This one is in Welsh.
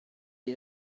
bum